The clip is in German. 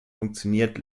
funktioniert